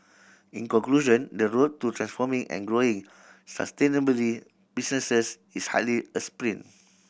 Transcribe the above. in conclusion the road to transforming and growing sustainably businesses is hardly a sprint